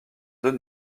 deux